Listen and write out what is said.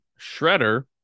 shredder